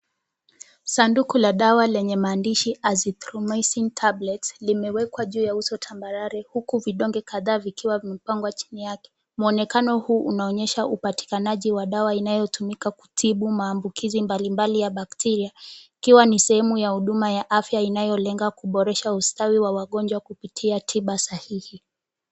Sanduku la dawa lenye maandishi Azithromycin Tablets, limewekwa juu ya uso wa tambarare huku vidonge kadhaa vikiwa vimepangwa chini yake. Muonekano huu unaonyesha upatikanaji wa dawa inayotumika kutibu maambukizi mbalimbali ya bakteria, ikiwa ni sehemu ya huduma ya afya inayolenga kuboresha ustawi wa wagonjwa kupitia tiba sahihi.